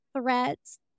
threats